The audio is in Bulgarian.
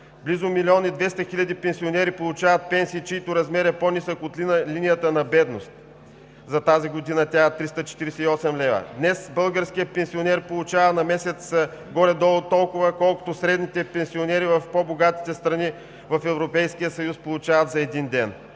Близо милион и 200 хиляди пенсионери получават пенсии, чийто размер е по-нисък от линията на бедност. За тази година тя е 348 лв. Днес българският пенсионер получава на месец горе-долу толкова, колкото средните пенсионери в по-богатите страни в Европейския съюз получават за един ден.